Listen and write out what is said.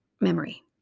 Memory